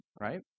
right